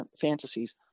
fantasies